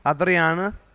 Adriana